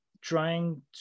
trying